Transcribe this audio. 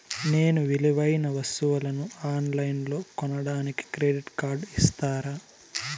నేను విలువైన వస్తువులను ఆన్ లైన్లో కొనడానికి క్రెడిట్ కార్డు ఇస్తారా?